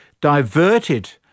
diverted